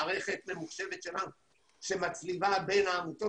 המערכת הממוחשבת שלנו מצליבה בין העמותות